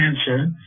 answer